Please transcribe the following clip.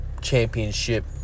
Championship